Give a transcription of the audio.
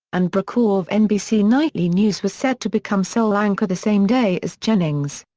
and brokaw of nbc nightly news was set to become sole anchor the same day as jennings.